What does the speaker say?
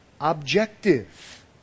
objective